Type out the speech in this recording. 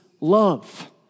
love